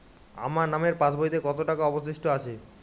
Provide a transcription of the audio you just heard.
আমার নামের পাসবইতে কত টাকা অবশিষ্ট আছে?